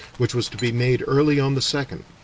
which was to be made early on the second.